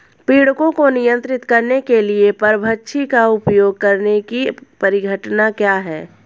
पीड़कों को नियंत्रित करने के लिए परभक्षी का उपयोग करने की परिघटना क्या है?